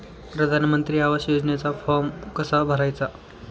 प्रधानमंत्री आवास योजनेचा फॉर्म कसा भरायचा?